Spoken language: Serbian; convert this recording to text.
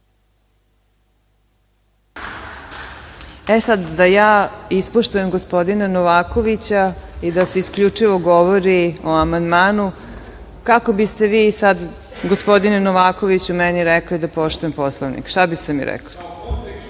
Sada da ispoštujem za gospodina Novakovića i da se isključivo govori o amandmanu, kako biste vi sada, gospodine Novakoviću, meni rekli da poštujem Poslovnik? Šta biste mi